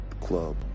club